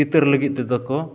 ᱪᱤᱛᱟᱹᱨ ᱞᱟᱹᱜᱤᱫ ᱛᱮᱫᱚᱠᱚ